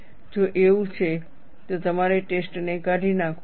જો એવું છે તો તમારે ટેસ્ટને કાઢી નાખવું પડશે